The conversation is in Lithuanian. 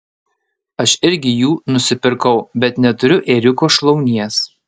aš irgi jų nusipirkau bet neturiu ėriuko šlaunies